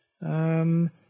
Um